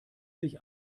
sich